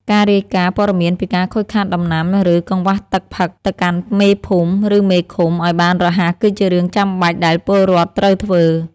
ការរាយការណ៍ព័ត៌មានពីការខូចខាតដំណាំ ឬកង្វះទឹកផឹកទៅកាន់មេភូមិ ឬមេឃុំឱ្យបានរហ័សគឺជារឿងចាំបាច់ដែលពលរដ្ឋត្រូវធ្វើ។